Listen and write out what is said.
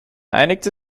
einigte